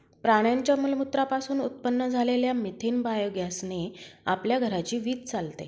प्राण्यांच्या मलमूत्रा पासून उत्पन्न झालेल्या मिथेन बायोगॅस ने आपल्या घराची वीज चालते